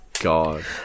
god